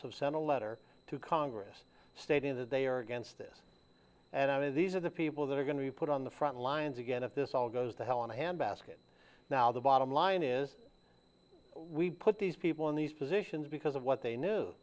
sent a letter to congress stating that they are against this and i mean these are the people that are going to be put on the front lines again if this all goes to hell in a handbasket now the bottom line is we put these people in these positions because of what they knew